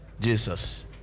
Jesus